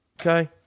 okay